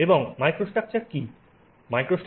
এবং মাইক্রোস্ট্রাকচার কি